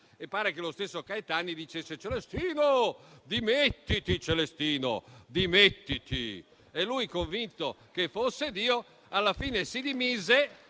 e pare che fosse lo stesso Caetani a dire: «Celestino, dimettiti, Celestino!». E lui, convinto che fosse Dio, alla fine si dimise